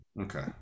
Okay